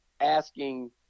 asking